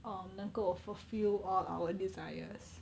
um 能够 fulfil all our desires